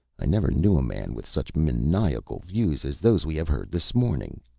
i never knew a man with such maniacal views as those we have heard this morning.